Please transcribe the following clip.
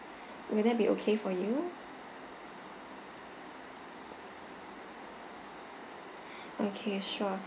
would that be okay for you okay sure